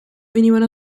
venivano